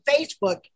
Facebook